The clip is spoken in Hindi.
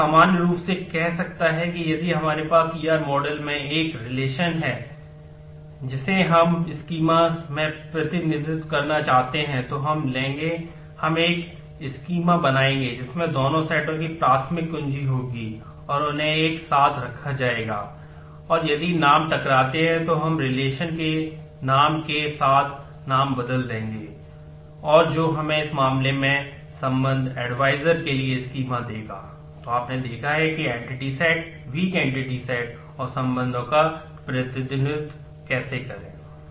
तो आपने देखा है कि एंटिटी सेट और संबंधों का प्रतिनिधित्व कैसे करें